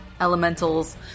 elementals